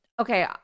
okay